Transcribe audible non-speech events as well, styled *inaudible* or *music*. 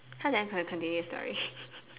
how can I continue the story *breath*